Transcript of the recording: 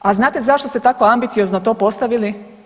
A znate zašto ste tako ambiciozno to postavili?